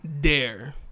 Dare